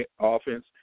offense